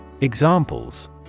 Examples